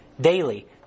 daily